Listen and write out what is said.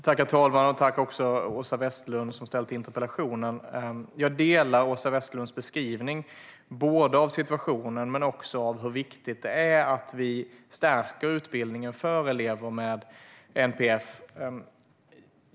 Herr talman! Tack, Åsa Westlund, för interpellationen! Jag instämmer i Åsa Westlunds beskrivning av situationen men också av hur viktigt det är att vi stärker utbildningen för elever med NPF.